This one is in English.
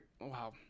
wow